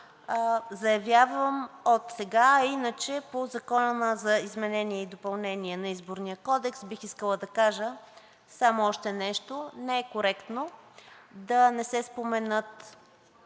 заявявам го от сега. А иначе по Закона за изменение и допълнение на Изборния кодекс бих искала да кажа само още нещо: не е коректно да не се споменат